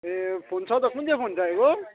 ए phone छ त कुन चाहिँ फोन चाहिएको